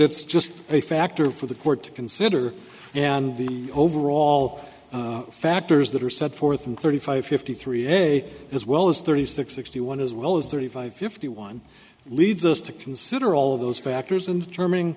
it's just a factor for the court to consider and the overall factors that are set forth and thirty five fifty three a day as well as thirty six sixty one as well as thirty five fifty one leads us to consider all of those factors in